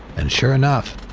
and sure enough,